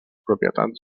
propietats